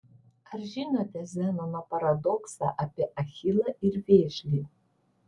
ar žinote zenono paradoksą apie achilą ir vėžlį